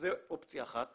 זו אופציה אחת.